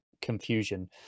confusion